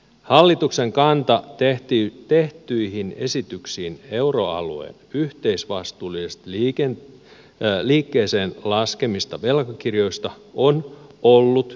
hallituksen kanta tehtyihin esityksiin euroalueen yhteisvastuullisesti liikkeeseen laskemista velkakirjoista on ollut kielteinen